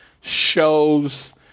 shows –